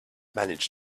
manage